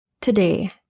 Today